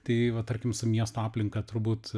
tai va tarkim su miesto aplinka turbūt